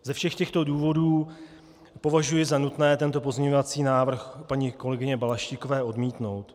Ze všech těchto důvodů považuji za nutné tento pozměňovací návrh paní kolegyně Balaštíkové odmítnout.